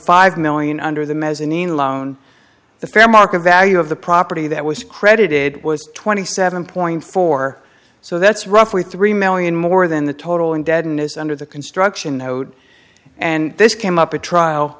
five million under the mezzanine loan the fair market value of the property that was credited was twenty seven point four so that's roughly three million more than the total in deadness under the construction hoed and this came up at trial